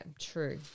true